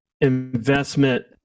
investment